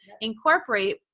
incorporate